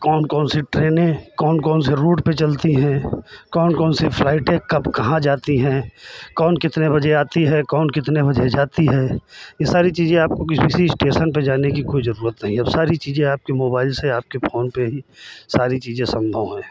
कौन कौन सी ट्रेनें कौन कौन से रूट पे चलती हैं कौन कौन सी फ़्लाइटें कब कहाँ जाती हैं कौन कितने बजे आती है कौन कितने बजे जाती है ये सारी चीज़ें आपको किसी इस्टेसन पे जाने की कोई जरूरत नहीं अब सारी चीज़ें आपके मोबाइल से आपके फोन पे ही सारी चीज़ें संभव हैं